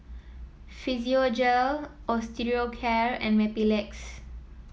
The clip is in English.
Physiogel Osteocare and Mepilex